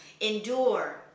Endure